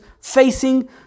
facing